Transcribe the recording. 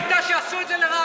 איפה היית כשעשו את זה לרבין?